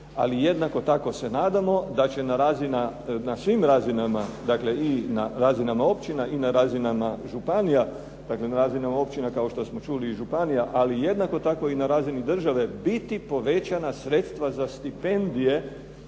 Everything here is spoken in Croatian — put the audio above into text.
Ali jednako tako se nadamo da će na svim razinama, dakle i na razinama općina i na razinama županija, dakle na razinama općina kao što smo čuli i županija ali jednako tako i na razini države biti povećana sredstva za stipendije